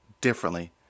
differently